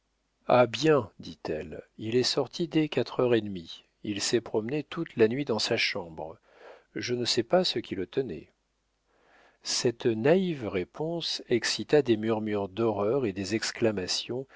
ah bien dit-elle il est sorti dès quatre heures et demie il s'est promené toute la nuit dans sa chambre je ne sais pas ce qui le tenait cette naïve réponse excita des murmures d'horreur et des exclamations